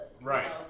right